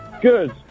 good